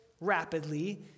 rapidly